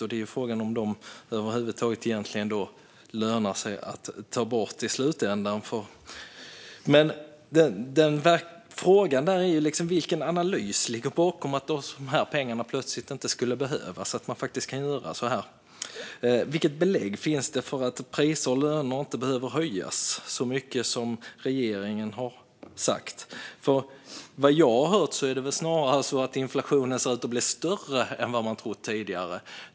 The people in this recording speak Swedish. Frågan är om det i slutändan över huvud taget lönar sig att ta bort det. Men den verkliga frågan är vilken analys som ligger bakom slutsatsen att de här pengarna plötsligt inte behövs och att man kan göra så här. Vilka belägg finns det för att priser och löner inte behöver höjas så mycket som regeringen har sagt? Vad jag hört är det snarare så att inflationen ser ut att bli större än man trott tidigare.